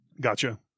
Gotcha